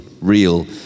real